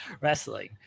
wrestling